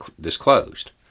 disclosed